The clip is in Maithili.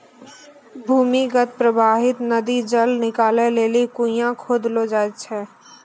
भूमीगत परबाहित नदी जल निकालै लेलि कुण्यां खोदलो जाय छै